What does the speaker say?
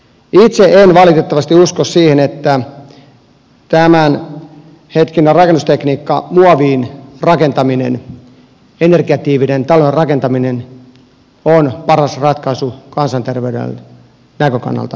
itse en valitettavasti usko siihen että tämänhetkinen rakennustekniikka muoviin rakentaminen energiatiiviiden talojen rakentaminen on paras ratkaisu kansanterveyden näkökannalta katsottuna